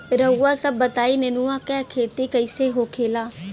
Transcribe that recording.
रउआ सभ बताई नेनुआ क खेती कईसे होखेला?